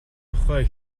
тухай